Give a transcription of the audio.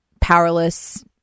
powerless